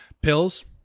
Pills